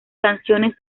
canciones